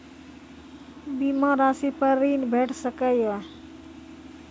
बीमा रासि पर ॠण भेट सकै ये?